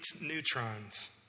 neutrons